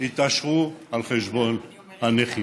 יתעשרו על חשבון הנכים.